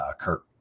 Kurt